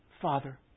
Father